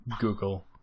Google